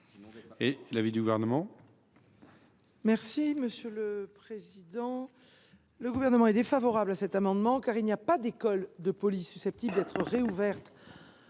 est l’avis du Gouvernement ?